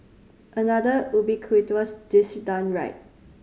another ubiquitous dish done right